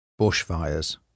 Bushfires